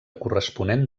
corresponent